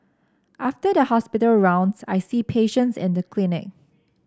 after the hospital rounds I see patients in the clinic